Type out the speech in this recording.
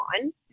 on